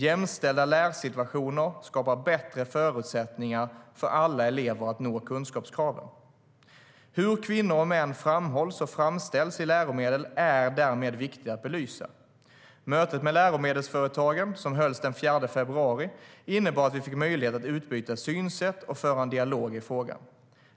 Jämställda lärsituationer skapar bättre förutsättningar för alla elever att nå kunskapskraven. Hur kvinnor och män framhålls och framställs i läromedel är därmed viktigt att belysa. Mötet med läromedelsförlagen, som hölls den 4 februari, innebar att vi fick möjlighet utbyta synsätt och föra en dialog i frågan.